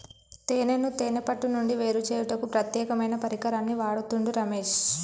తేనెను తేనే పట్టు నుండి వేరుచేయుటకు ప్రత్యేకమైన పరికరాన్ని వాడుతుండు రమేష్